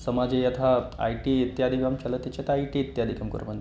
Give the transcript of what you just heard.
समाजे यथा I T इत्यादिकं चलति चेत् ऐ टि इत्यादिकं कुर्वन्ति